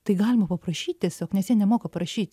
tai galima paprašyt tiesiog nes jie nemoka prašyt